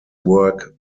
work